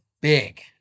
Big